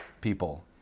people